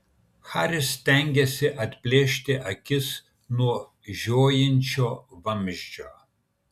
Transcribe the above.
haris stengėsi atplėšti akis nuo žiojinčio vamzdžio